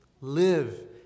Live